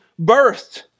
birthed